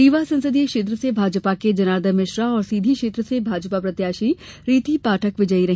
रीवा संसदीय क्षेत्र से भाजपा के जनार्दन मिश्रा और सीधी क्षेत्र से भाजपा प्रत्याशी रिती पाठक विजयी रहे